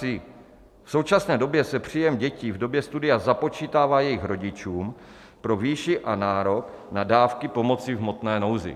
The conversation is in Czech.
V současné době se příjem dětí v době studia započítává jejich rodičům pro výši a nárok na dávky pomoci v hmotné nouzi.